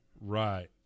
right